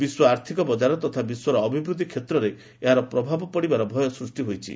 ବିଶ୍ୱ ଆର୍ଥକ ବଜାର ତଥା ବିଶ୍ୱର ଅଭିବୃଦ୍ଧି କ୍ଷେତ୍ରରେ ଏହାର ପ୍ରଭାବ ପଡିବାର ଭୟ ସୃଷ୍ଟି ହୋଇଛି